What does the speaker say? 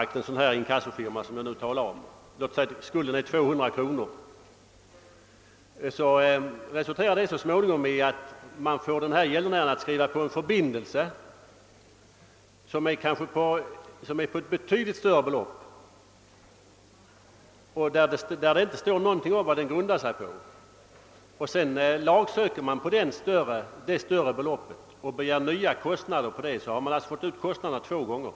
Om en sådan här inkassofirma får i uppdrag att driva in en avbetalningsskuld på 200 kronor, så resulterar det så småningom i att man får gäldenären att skriva på en förbindelse, som avser ett betydligt större belopp och i vilken det inte står någonting om vad skulden grundar sig på. Inkassofirman lagsöker sedan på det större beloppet och begär därutöver att få täckning för sina kostnader. På detta sätt får man betalt för kostnaderna två gånger.